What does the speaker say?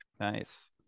nice